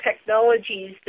technologies